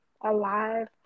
alive